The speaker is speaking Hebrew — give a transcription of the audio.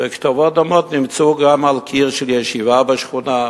וכתובות דומות נמצאו גם על קיר של ישיבה בשכונה,